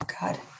god